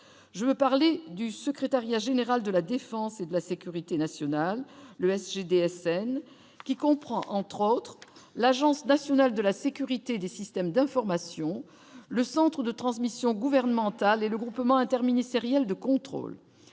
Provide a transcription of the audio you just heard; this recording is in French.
je veux parler du secrétariat général de la défense et de la sécurité nationale l'ESG DSN qui comprend entre autres l'Agence nationale de la sécurité des systèmes d'information, le centre de transmission gouvernementale et le Groupement interministériel de contrôle,